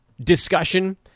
discussion